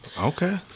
okay